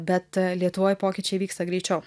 bet lietuvoj pokyčiai vyksta greičiau